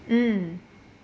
mm